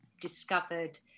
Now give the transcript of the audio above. discovered